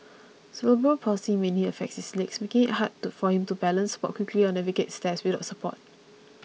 cerebral palsy mainly affects his legs making it hard for him to balance walk quickly or navigate stairs without support